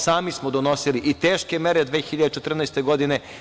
Sami smo donosili i teške mere 2014. godine.